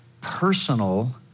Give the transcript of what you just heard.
personal